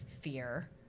fear